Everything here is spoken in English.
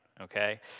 okay